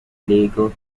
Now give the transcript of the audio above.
lego